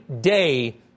day